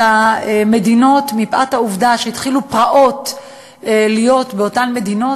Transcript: המדינות מפאת העובדה שהתחילו פרעות באותן מדינות,